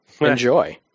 Enjoy